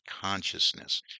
consciousness